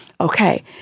Okay